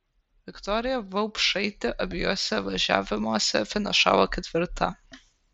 viktorija vaupšaitė abiejuose važiavimuose finišavo ketvirta